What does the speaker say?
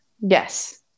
Yes